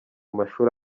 mashuri